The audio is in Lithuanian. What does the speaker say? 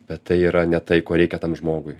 bet tai yra ne tai ko reikia tam žmogui